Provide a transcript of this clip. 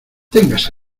ténganse